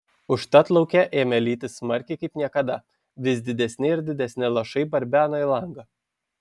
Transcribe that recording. užtat lauke ėmė lyti smarkiai kaip niekada vis didesni ir didesni lašai barbeno į langą